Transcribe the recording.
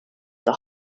the